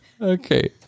Okay